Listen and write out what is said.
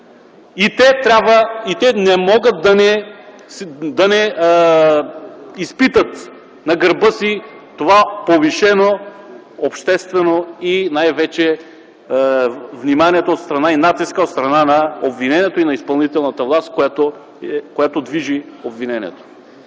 Те не могат да не изпитат на гърба си това повишено обществено внимание и най-вече натиска от страна на обвинението и изпълнителната власт, която движи обвинението.